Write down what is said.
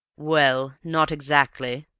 well, not exactly.